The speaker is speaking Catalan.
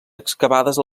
excavades